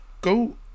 Go